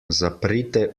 zaprite